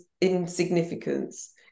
insignificance